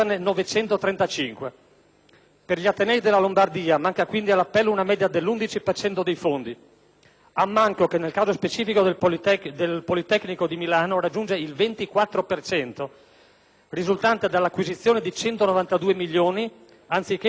Per gli atenei della Lombardia manca quindi all'appello una media dell'11 per cento dei fondi; un ammanco che nel caso specifico del Politecnico di Milano raggiunge il 24 per cento, risultante dall'acquisizione di 192 milioni anziché dei 235 dovuti.